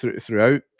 throughout